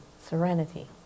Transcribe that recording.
serenity